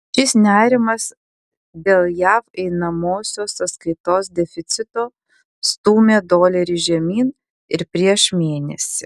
šis nerimas dėl jav einamosios sąskaitos deficito stūmė dolerį žemyn ir prieš mėnesį